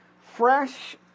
Fresh